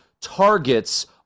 targets